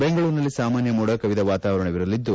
ಬೆಂಗಳೂರಿನಲ್ಲಿ ಸಾಮಾನ್ಯ ಮೋಡ ಕವಿದ ವಾತಾವರಣವಿದ್ದು